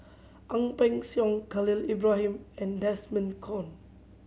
Ang Peng Siong Khalil Ibrahim and Desmond Kon